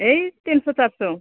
ଏଇ ତିନି ଶହ ଚାରି ଶହ